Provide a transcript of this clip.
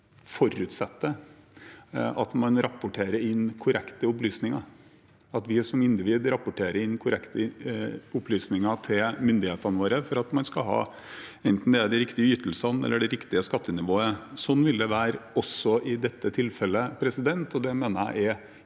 forutsetter at man rapporterer inn korrekte opplysninger, at vi som individer rapporterer inn korrekte opplysninger til myndighetene våre for at man skal få enten det er de riktige ytelsene eller det riktige skattenivået. Sånn vil det være også i dette tilfellet, og det mener jeg er